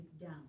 down